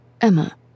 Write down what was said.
Emma